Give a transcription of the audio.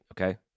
Okay